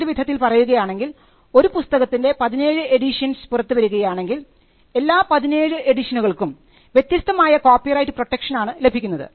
മറ്റൊരു വിധത്തിൽ പറയുകയാണെങ്കിൽ ഒരു പുസ്തകത്തിൻറെ 17 എഡിഷൻസ് പുറത്ത് വരികയാണെങ്കിൽ എല്ലാ 17 എഡിഷനുകൾക്കും വ്യത്യസ്തമായ കോപ്പി റൈറ്റ് പ്രൊട്ടക്ഷൻ ആണ് ലഭിക്കുന്നത്